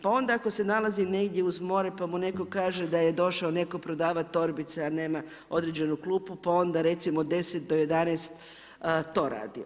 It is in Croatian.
Pa onda ako se nalazi negdje uz more, pa mu netko kaže da je došao netko prodavati torbice, a nema određenu klupu, pa onda od 10 do 11 to radi.